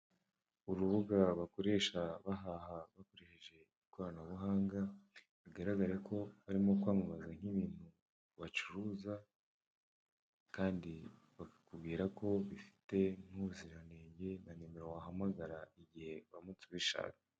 Urubuga bakoresha bahaha bakoresheje ikoranabuhanga, bigaragara ko barimo kwamamaza nk'ibintu bacuruza; kandi bakakubwira ko bifite n'ubuziranenge, na nimero wahamagara igihe uramutse ubishatse.